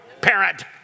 parent